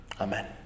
Amen